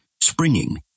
Springing